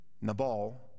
Nabal